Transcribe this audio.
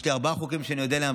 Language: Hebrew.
יש לי ארבעה חוקים שאני אודה עליהם,